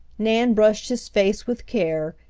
nan brushed his face with care,